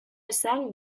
esan